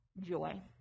joy